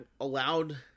allowed